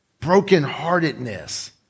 brokenheartedness